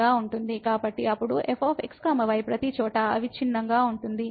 కాబట్టి అప్పుడు fx y ప్రతిచోటా అవిచ్ఛిన్నంగా ఉంటుంది